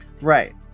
Right